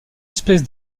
espèce